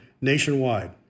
nationwide